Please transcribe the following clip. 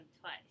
twice